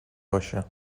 باشه